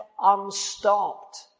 unstopped